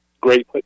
great